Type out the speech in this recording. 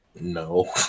No